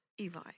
Eli